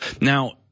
Now